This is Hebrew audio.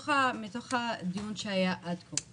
מתוך הדיון שהיה עד כה,